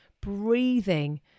breathing